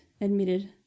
admitted